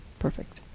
perfect.